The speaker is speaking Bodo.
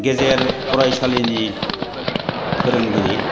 गेजेर फरायसालिनि फोरोंगिरि